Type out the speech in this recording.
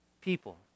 people